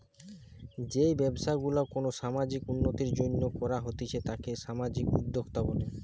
যেই ব্যবসা গুলা কোনো সামাজিক উন্নতির জন্য করা হতিছে তাকে সামাজিক উদ্যোক্তা বলে